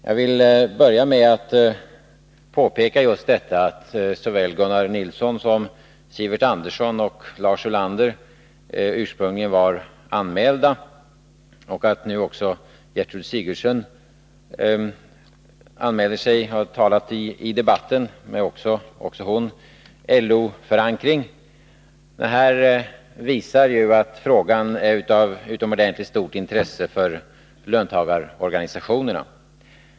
Jag vill börja med att påpeka att såväl Gunnar Nilsson som Sivert Andersson och Lars Ulander ursprungligen var anmälda på talarlistan och att nu även Gertrud Sigurdsen, också hon med LO-förankring, har talat i debatten. Detta visar ju att frågan är av utomordentligt stort intresse för löntagarorganisationerna.